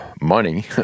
money